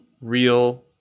real